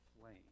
flame